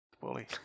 bully